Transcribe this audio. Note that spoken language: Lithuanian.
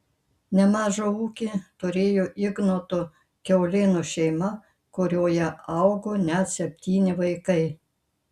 nemažą ūkį turėjo ignoto kiaulėno šeima kurioje augo net septyni vaikai